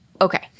okay